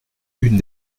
une